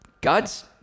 God's